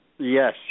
Yes